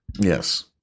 Yes